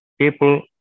people